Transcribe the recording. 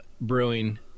brewing